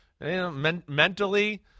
mentally